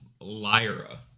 Lyra